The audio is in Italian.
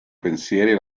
pensieri